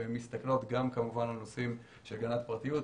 והם מסתכלות גם על נושאים של הגנת הפרטיות,